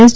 S